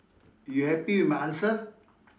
you happy with my answer